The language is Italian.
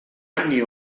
anni